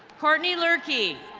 courtney lurkey.